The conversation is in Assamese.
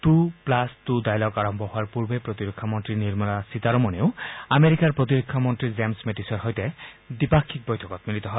টু প্লাছ টু ডায়লগ আৰম্ভ হোৱাৰ পূৰ্বে প্ৰতিৰক্ষা মন্ত্ৰী নিৰ্মলা সীতাৰমনেও আমেৰিকাৰ প্ৰতিৰক্ষা মন্ত্ৰী জেমছ মেটিছৰ সৈতে দ্বিপাক্ষিক বৈঠকত মিলিত হয়